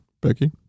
Becky